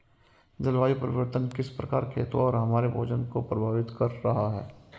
जलवायु परिवर्तन किस प्रकार खेतों और हमारे भोजन को प्रभावित कर रहा है?